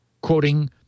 quoting